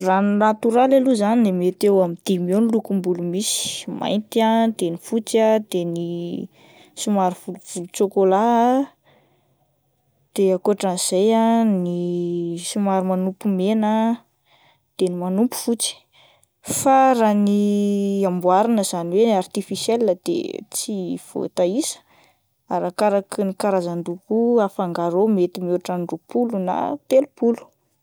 Raha ny natoraly aloha zany de mety eo amin'ny dimy eo no lokom-bolo misy, mainty ah de ny fotsy ah de ny somary volovolotsôkola ah, de akotran'izay ah ny somary manopy mena, de ny manopy fotsy. Fa raha ny amboarina izany hoe ny artificiel de tsy voataisa arakaraka ny karazan-doko afangaro ao mety mihoatra ny roapolo na telopolo.